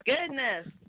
goodness